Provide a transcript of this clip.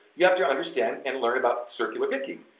you have to understand and learn about circular picking.